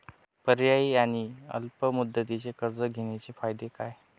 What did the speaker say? पर्यायी आणि अल्प मुदतीचे कर्ज देण्याचे पर्याय काय?